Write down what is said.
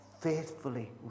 faithfully